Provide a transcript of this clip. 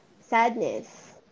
sadness